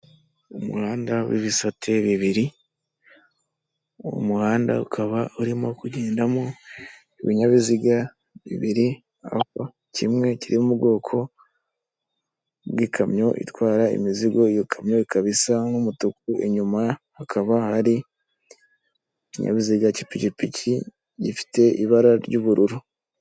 Umuhanda w'ibisate bibiri, umuhanda ukaba urimo kugendamo ibinyabiziga bibiri, kimwe kiri mu bwoko bw'ikamyo isa nk'umutuku inyuma hakaba hari ikinyabiziga k'ipikipiki gifite ibara ry'ubururu.